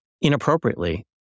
inappropriately